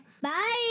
Bye